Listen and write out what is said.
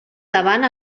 davant